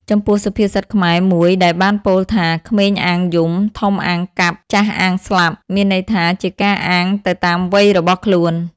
ចំពោះសុភាសិតខ្មែរមួយដែលបានពោលថា"ក្មេងអាងយំ ធំអាងកាប់ ចាស់អាងស្លាប់" មានន័យថាជាការអាងទៅតាមវ័យរបស់ខ្លួន ។